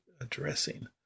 addressing